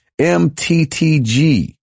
MTTG